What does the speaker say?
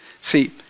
See